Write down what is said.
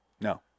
No